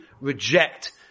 reject